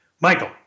Michael